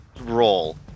Roll